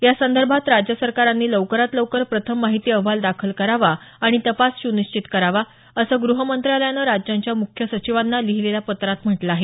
यासंदर्भात राज्य सरकारांनी लवकरात लवकर प्रथम माहिती अहवाल दाखल करावा आणि तपास सुनिश्चित करावा असं गृह मंत्रालयानं राज्यांच्या मुख्य सुचिवांना लिहीलेल्या पत्रात म्हटलं आहे